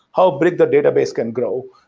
how big the database can grow?